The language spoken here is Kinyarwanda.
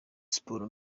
sports